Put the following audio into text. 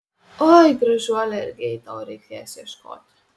oi gražuole ilgai tau reikės ieškoti